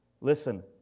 Listen